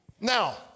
Now